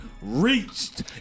reached